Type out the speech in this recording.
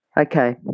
Okay